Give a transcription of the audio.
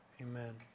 Amen